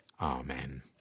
amen